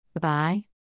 Bye